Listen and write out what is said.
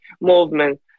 movement